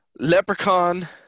Leprechaun